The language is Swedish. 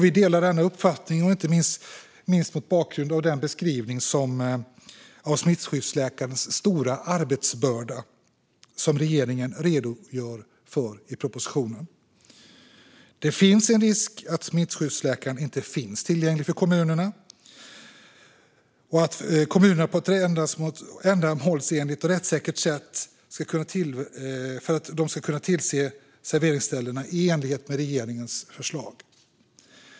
Vi delar denna uppfattning, inte minst mot bakgrund av den beskrivning av smittskyddsläkarens stora arbetsbörda som regeringen redogör för i propositionen. Det finns en risk att smittskyddsläkaren inte finns tillgänglig för kommunerna på ett sådant sätt att kommunerna på ett ändamålsenligt och rättssäkert sätt ska kunna utöva tillsyn över serveringsställena i enlighet med regeringens förslag.